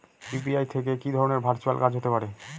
UPI থেকে কি ধরণের ভার্চুয়াল কাজ হতে পারে?